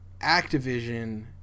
Activision